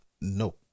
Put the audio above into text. no